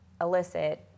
elicit